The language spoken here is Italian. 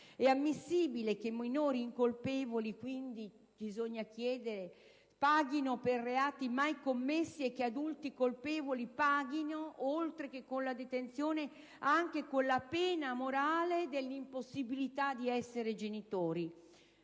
sia ammissibile che minori incolpevoli paghino per reati mai commessi e che adulti colpevoli paghino, oltre che con la detenzione, con la pena morale dell'impossibilità di essere genitori.